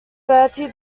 bertie